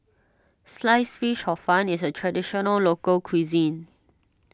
Sliced Fish Hor Fun is a Traditional Local Cuisine